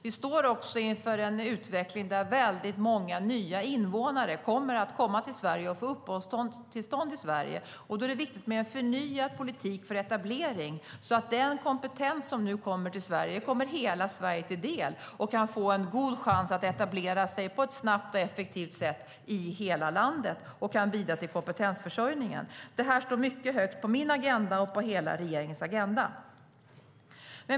Vi står också inför en utveckling där många nya invånare kommer till Sverige och får uppehållstillstånd i Sverige. Då är det viktigt med en förnyad politik för etablering så att den kompetens som nu kommer till Sverige kommer hela Sverige till del och att människorna kan få en god chans att etablera sig på ett snabbt och effektivt sätt i hela landet och bidra till kompetensförsörjningen. Det står mycket högt på min och hela regeringens agenda.